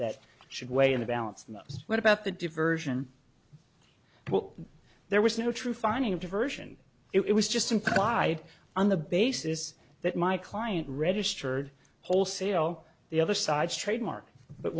that should weigh in the balance and what about the diversion while there was no true finding of diversion it was just implied on the basis that my client registered wholesale the other side's trademark but